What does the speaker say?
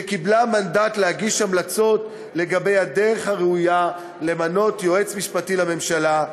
שקיבלה מנדט להגיש המלצות לגבי הדרך הראויה למינוי יועץ משפטי לממשלה,